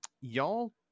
y'all